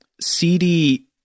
CD